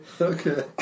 Okay